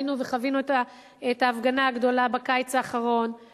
ראינו וחווינו את ההפגנה הגדולה של צעירים,